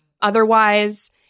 Otherwise